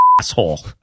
asshole